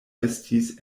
estis